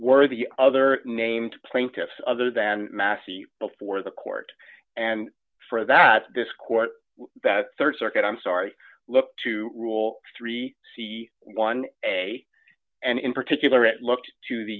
were the other named plaintiffs other than massey before the court and for that this court that rd circuit i'm sorry look to rule three c one a and in particular it looked to the